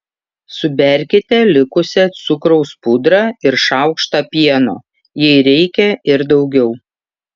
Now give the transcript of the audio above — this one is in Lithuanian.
suberkite likusią cukraus pudrą ir šaukštą pieno jei reikia ir daugiau